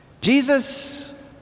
Jesus